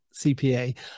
CPA